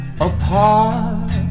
apart